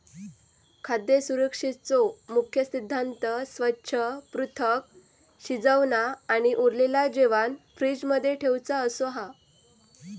खाद्य सुरक्षेचो मुख्य सिद्धांत स्वच्छ, पृथक, शिजवना आणि उरलेला जेवाण फ्रिज मध्ये ठेउचा असो हा